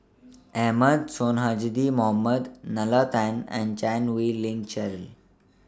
Ahmad Sonhadji Mohamad Nalla Tan and Chan Wei Ling Cheryl